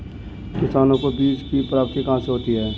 किसानों को बीज की प्राप्ति कहाँ से होती है?